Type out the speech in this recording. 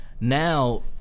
Now